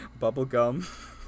bubblegum